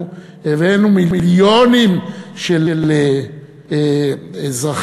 אנחנו הבאנו מיליונים של אזרחים,